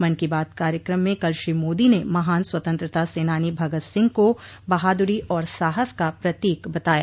मन की बात कार्यक्रम में कल श्री मोदी ने महान स्वतंत्रता सेनानी भगत सिंह को बहादुरी और साहस का प्रतीक बताया